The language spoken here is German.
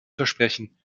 versprechen